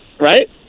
Right